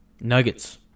Nuggets